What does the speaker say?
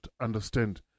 understand